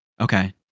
okay